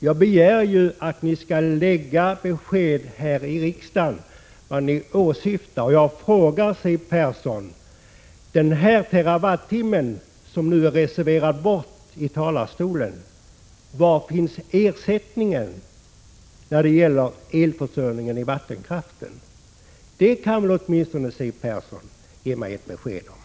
Jag begär ju att ni här i riksdagen skall ge besked om vad ni åsyftar, och jag frågar Siw Persson: När den här terawattimmen har reserverats bort i talarstolen, var finns ersättningen när det gäller elförsörjningen med vattenkraft? Det kan väl åtminstone Siw Persson ge mig ett besked om.